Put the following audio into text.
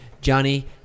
Johnny